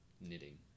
knitting